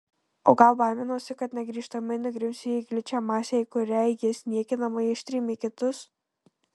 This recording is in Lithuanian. o gal baiminausi kad negrįžtamai nugrimsiu į gličią masę į kurią jis niekinamai ištrėmė kitus